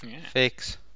Fix